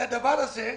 לדבר הזה,